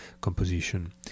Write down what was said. composition